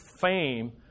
fame